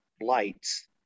lights